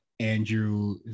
Andrew